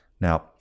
Now